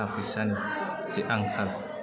थाखा फैसानि जे आंखाल